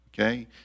okay